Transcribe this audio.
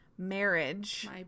Marriage